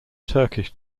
turkish